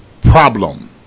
problem